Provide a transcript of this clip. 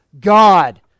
God